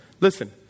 Listen